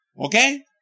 Okay